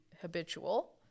habitual